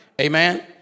amen